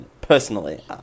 personally